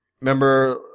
Remember